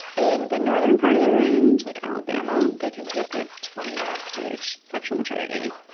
in the northern part of the range, like alabama, they can take like twenty years to reach sexual maturity.